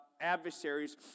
adversaries